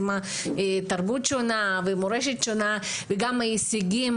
עם תרבות שונה ומורשת שונה וגם ההישגים